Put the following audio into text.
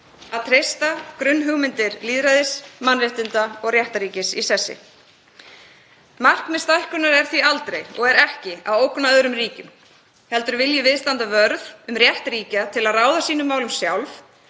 að treysta grunnhugmyndir lýðræðis, mannréttinda og réttarríkis í sessi. Markmið stækkunar er því aldrei og er ekki að ógna öðrum ríkjum heldur viljum við standa vörð um rétt ríkja til að ráða sínum málum sjálf,